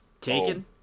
Taken